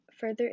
further